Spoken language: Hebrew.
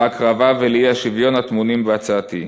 להקרבה ולאי-שוויון הטמונים בהצעתי.